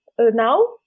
now